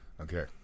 okay